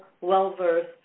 well-versed